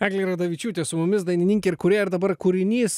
eglė radavičiūtė su mumis dainininkė ir kurėja ir dabar kūrinys